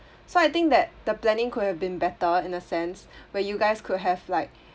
so I think that the planning could have been better in a sense where you guys could have like